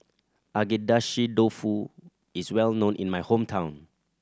Agedashi Dofu is well known in my hometown